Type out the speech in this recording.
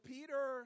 Peter